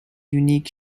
unique